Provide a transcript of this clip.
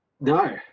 No